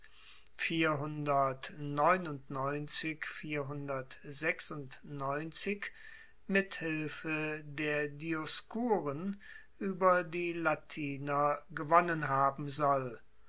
mit hilfe der dioskuren ueber die latiner gewonnen haben soll